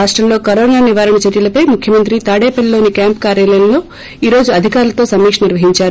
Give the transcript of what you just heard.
రాష్టంలో కరోనా నివారణ చర్యలపై ముఖ్యమంత్రి తాడేపల్లిలోని క్యాంప్ కార్యాలయంలో ఈ రోజు అధికారులతో సమీక్ష నిర్వహించారు